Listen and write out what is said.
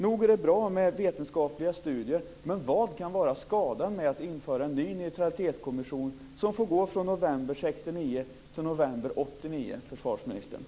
Nog är det bra med vetenskapliga studier, men vad kan vara skadan med att införa en ny neutralitetskommission som får gå från november 1969 till november